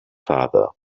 father